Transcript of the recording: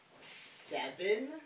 seven